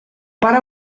pare